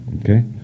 Okay